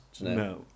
No